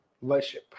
worship